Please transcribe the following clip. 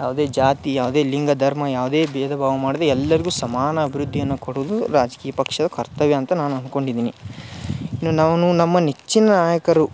ಯಾವುದೇ ಜಾತಿ ಯಾವುದೇ ಲಿಂಗ ಧರ್ಮ ಯಾವುದೇ ಬೇಧ ಭಾವ ಮಾಡದೇ ಎಲ್ಲರಿಗು ಸಮಾನ ಅಭಿವೃದ್ಧಿಯನ್ನ ಕೊಡುದು ರಾಜಕೀಯ ಪಕ್ಷದ ಕರ್ತವ್ಯ ಅಂತ ನಾನು ಅನ್ಕೊಂಡಿದ್ದೀನಿ ಇನ್ನು ನಾನು ನಮ್ಮ ನೆಚ್ಚಿನ ನಾಯಕರು